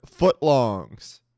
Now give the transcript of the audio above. footlongs